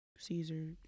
caesar